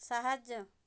ସାହାଯ୍ୟ